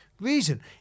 reason